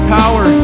power